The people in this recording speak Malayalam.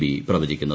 ബി പ്രവചിക്കുന്നത്